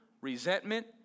resentment